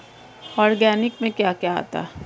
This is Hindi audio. ऑर्गेनिक में क्या क्या आता है?